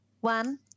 one